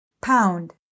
pound